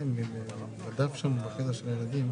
להעביר עודפים מחויבים משנת 2020 בהיקף של כ-157 מיליוני